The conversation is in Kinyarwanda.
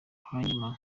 hanyuma